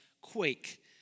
quake